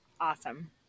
Awesome